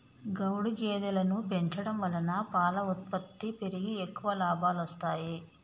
గౌడు గేదెలను పెంచడం వలన పాల ఉత్పత్తి పెరిగి ఎక్కువ లాభాలొస్తాయి